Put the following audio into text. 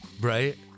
Right